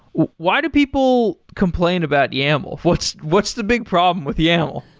why do people complain about yaml? what's what's the big problem with yaml?